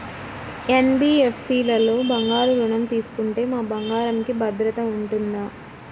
NBFC లలో బంగారు ఋణం తీసుకుంటే మా బంగారంకి భద్రత ఉంటుందా?